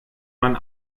man